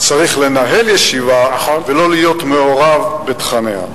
צריך לנהל ישיבה, ולא להיות מעורב בתכניה.